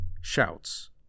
Shouts